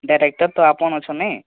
director ତ ଆପଣ ଅଛନ୍ତି ନାହିଁ